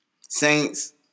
Saints